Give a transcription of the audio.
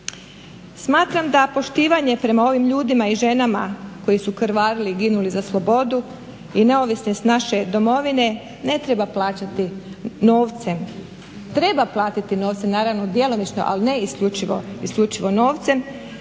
Smatram da poštivanje prema ovim ljudima i ženama koji su krvarili i ginuli za slobodu i neovisnost naše Domovine ne treba plaćati novcem. Treba platiti novcem naravno djelomično, ali ne isključivo novcem